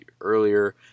earlier